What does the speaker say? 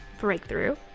Breakthrough